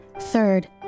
Third